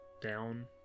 down